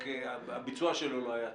רק שהביצוע שלו לא היה טוב.